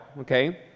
okay